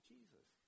Jesus